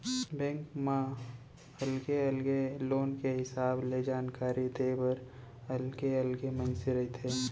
bank म अलगे अलगे लोन के हिसाब ले जानकारी देय बर अलगे अलगे मनसे रहिथे